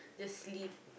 just sleep